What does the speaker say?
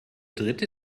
dritte